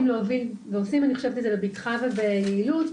להוביל ועושים את זה בבטחה וביעילות,